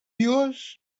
yours